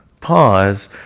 Pause